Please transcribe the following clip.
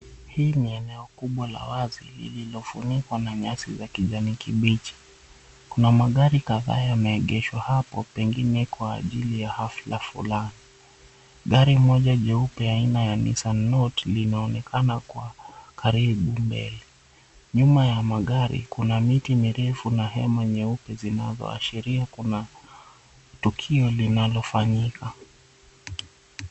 Hili ni eneo kubwa la wazi, lililofunikwa na nyasi za kijani kibichi. Kuna magari kadhaa yameegeshwa hapo, pengine kwa ajili ya hafla fulani. Gari moja jeupe aina ya Nissan Note, kwa karibu mbele. Nyuma ya magari kuna miti mirefu, na hema nyeupe zinazoasheria kuna tukio linalofanyika.